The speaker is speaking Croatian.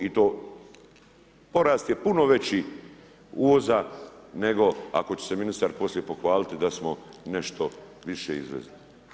I to, porast je puno veći uvoza nego ako će se ministar poslije pohvaliti, da smo nešto više izvezli.